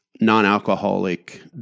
non-alcoholic